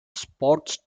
sports